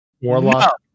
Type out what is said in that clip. Warlock